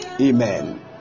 amen